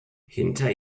hinter